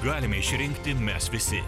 galime išrinkti mes visi